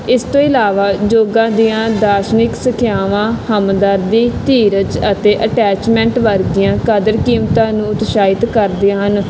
ਇਸ ਤੋਂ ਇਲਾਵਾ ਯੋਗਾ ਦੀਆਂ ਦਾਰਸ਼ਨਿਕ ਸਿੱਖਿਆਵਾਂ ਹਮਦਰਦੀ ਧੀਰਜ ਅਤੇ ਅਟੈਚਮੈਂਟ ਵਰਗੀਆਂ ਕਦਰ ਕੀਮਤਾਂ ਨੂੰ ਉਤਸ਼ਾਹਿਤ ਕਰਦੀਆਂ ਹਨ